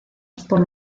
por